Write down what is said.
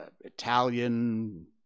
Italian